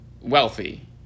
wealthy